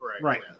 Right